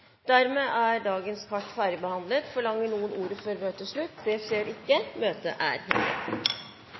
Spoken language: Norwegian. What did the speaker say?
Dermed er dagens kart ferdigbehandlet. Forlanger noen ordet før møtet heves? – Møtet er hevet.